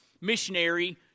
missionary